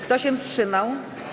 Kto się wstrzymał?